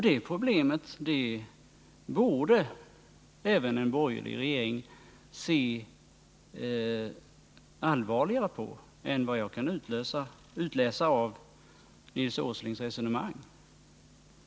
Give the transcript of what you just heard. Det problemet borde även en borgerlig regering se allvarligare på än vad jag kan utläsa av Nils Åslings resonemang.